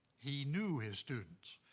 he knew his students,